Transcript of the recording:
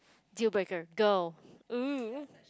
deal breaker go oo